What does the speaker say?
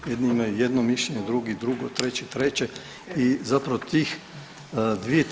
Jedni imaju jedno mišljenje, drugi drugo, treći treće i zapravo tih 2/